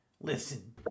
Listen